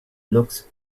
looks